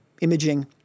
imaging